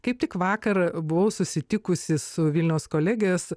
kaip tik vakar buvau susitikusi su vilniaus kolegijos